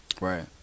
right